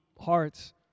hearts